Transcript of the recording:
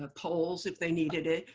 ah poles if they needed it.